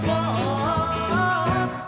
one